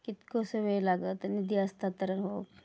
कितकोसो वेळ लागत निधी हस्तांतरण हौक?